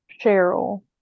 Cheryl